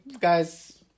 guys